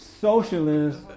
socialist